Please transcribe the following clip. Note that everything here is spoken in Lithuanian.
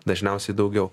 dažniausiai daugiau